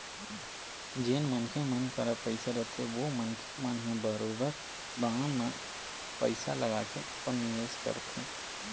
जेन मनखे मन करा पइसा रहिथे ओ मनखे मन ह बरोबर बांड म पइसा लगाके अपन निवेस करथे